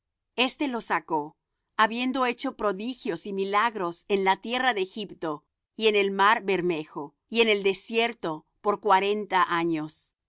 este los sacó habiendo hecho prodigios y milagros en la tierra de egipto y en el mar bermejo y en el desierto por cuarenta años